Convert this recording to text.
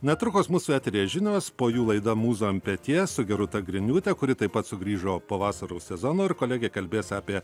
netrukus mūsų eteryje žinios po jų laida mūza ant peties su geruta griniūte kuri taip pat sugrįžo po vasaros sezono ir kolegė kalbės apie